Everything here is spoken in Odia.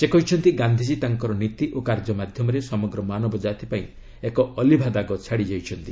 ସେ କହିଛନ୍ତି ଗାନ୍ଧିକୀ ତାଙ୍କର ନୀତି ଓ କାର୍ଯ୍ୟ ମାଧ୍ୟମରେ ସମଗ୍ର ମାନବ ଜାତିପାଇଁ ଏକ ଅଲିଭା ଦାଗ ଛାଡ଼ି ଯାଇଛନ୍ତି